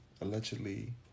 allegedly